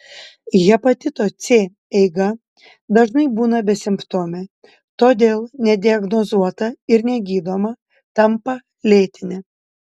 hepatito c eiga dažnai būna besimptomė todėl nediagnozuota ir negydoma tampa lėtine